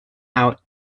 out